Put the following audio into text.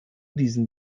diesen